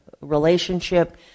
relationship